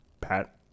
Pat